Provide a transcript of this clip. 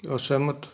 ਅਸਹਿਮਤ